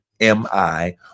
m-i